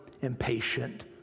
impatient